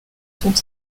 sont